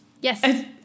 Yes